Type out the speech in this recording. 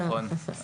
חה"כ אוסאמה סעדי,